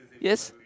yes